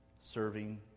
serving